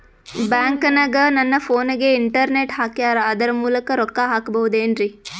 ಬ್ಯಾಂಕನಗ ನನ್ನ ಫೋನಗೆ ಇಂಟರ್ನೆಟ್ ಹಾಕ್ಯಾರ ಅದರ ಮೂಲಕ ರೊಕ್ಕ ಹಾಕಬಹುದೇನ್ರಿ?